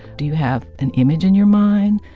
do you have an image in your mind?